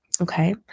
Okay